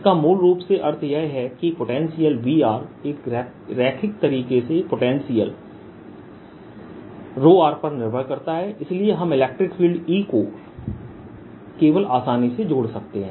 इसका मूल रूप से अर्थ यह है कि पोटेंशियल Vr एक रैखिक तरीके से पोटेंशियल r पर निर्भर करता है इसलिए हम इलेक्ट्रिक फील्ड E को केवल आसानी से जोड़ सकते हैं